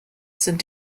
sind